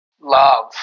Love